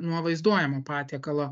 nuo vaizduojamo patiekalo